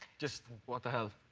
just, what the hell?